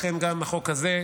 לכן גם החוק הזה,